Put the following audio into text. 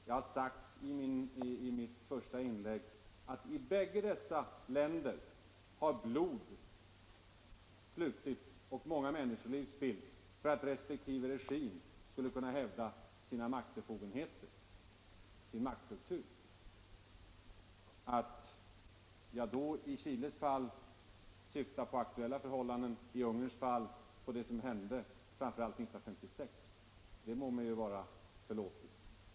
Jag har sagt i mitt första inlägg att i bägge dessa länder har blod flutit och många människoliv spillts för att respektive regim skulle kunna hävda sina maktbefogenheter, sin maktstruktur. Att jag då i Chiles fall Nr 23 syftar på aktuella förhållanden, i Ungerns fall på det som hände framför allt 1956, det må ju vara mig förlåtet.